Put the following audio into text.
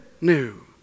new